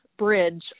bridge